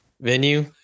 venue